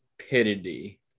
stupidity